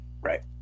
Right